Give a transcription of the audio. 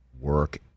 work